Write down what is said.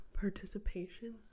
participation